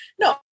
no